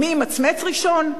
מי ימצמץ ראשון?